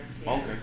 Okay